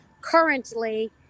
currently